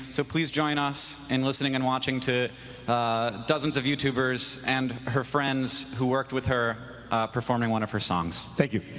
so please join us in listening and watching to dozens of youtubers and her friends who worked with her performing one of her songs. thank you.